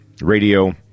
Radio